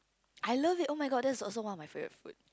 I love it oh-my-god that's also one of my favourite food